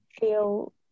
feel